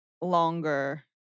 longer